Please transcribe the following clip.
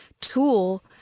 tool